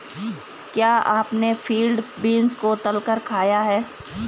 क्या आपने field beans को तलकर खाया है?